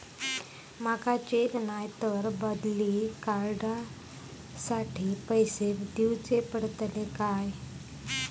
माका चेक नाय तर बदली कार्ड साठी पैसे दीवचे पडतले काय?